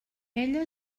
ella